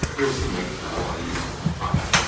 here's the makefile i use to compile.